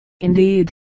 Indeed